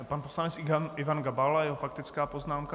Pan poslanec Ivan Gabal a jeho faktická poznámka.